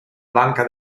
banca